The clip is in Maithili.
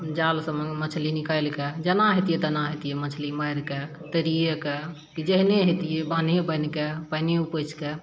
जालसँ मछली निकालिके जेना हैतियै तेना हैतियै मछली मारिके तैरिये कऽ कि जेना हेतियै बान्हे बान्हिके पानिये उपछि कए